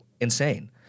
insane